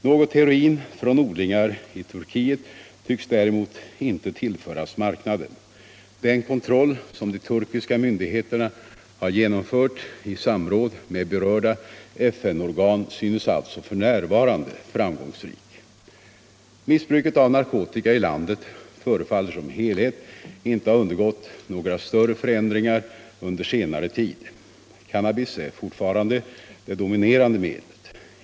Något heroin från odlingar i Turkiet tycks däremot inte tillföras marknaden. Den kontroll som de turkiska myndigheterna har genomfört i samråd med berörda FN-organ synes alltså f.n. framgångsrik. Missbruket av narkotika i landet förefaller som helhet inte att ha undergått några större förändringar under senare tid. Cannabis är fortfarande det dominerande medlet.